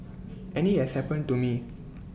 and IT has happened to me